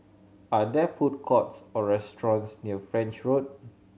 are there food courts or restaurants near French Road